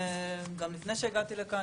גם לפני שהגעתי לכאן,